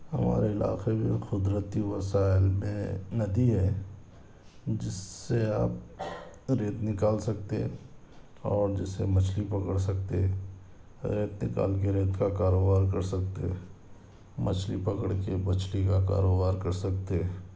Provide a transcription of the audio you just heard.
ہمارے علاقے میں قدرتی وسائل میں ندی ہے جس سے آپ ریت نکال سکتے ہیں اور جس سے مچھلی پکڑ سکتے ریت نکال کے ریت کا کاروبار کر سکتے مچھلی پکڑ کے مچھلی کا کاروبار کر سکتے